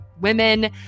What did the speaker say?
women